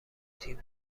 تیم